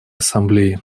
ассамблеи